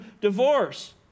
divorce